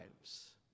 lives